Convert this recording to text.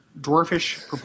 dwarfish